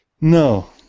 No